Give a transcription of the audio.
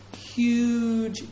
huge